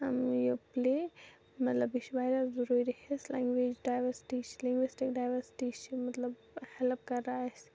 یہِ پِلے مطلب یہِ چھِ واریاہ ضروٗری حصہِ لٮ۪نگویٚج ڈایؤرسِٹی چھِ لِنگوِسٹِک ڈایؤرسِٹی چھِ مطلب ہیلٕپ کَران اَسہِ